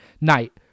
night